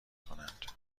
کنند